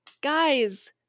guys